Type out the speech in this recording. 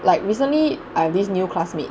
like recently I have this new classmate